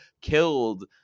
killed